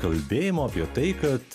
kalbėjimo apie tai kad